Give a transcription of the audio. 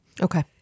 Okay